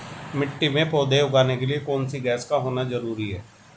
मिट्टी में पौधे उगाने के लिए कौन सी गैस का होना जरूरी है?